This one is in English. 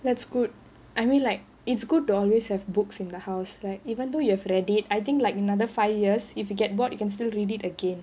that's good I mean like it's good to always have books in the house like even though you have read it I think like another five years if you get bored you can still read it again